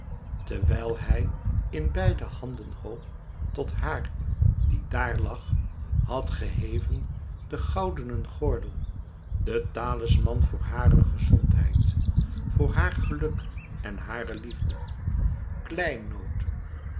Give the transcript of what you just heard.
terwijl hij in beide handen hoog tot hàar die daar lag had geheven den goudenen gordel den talisman voor hare gezondheid voor haar geluk en hare liefde kleinood